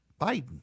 Biden